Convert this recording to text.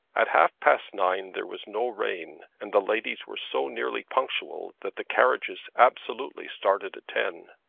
at half-past nine there was no rain, and the ladies were so nearly punctual that the carriages absolutely started at ten.